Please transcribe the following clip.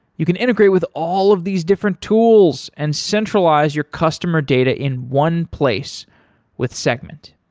you can integrate with all of these different tools and centralize your customer data in one place with segment.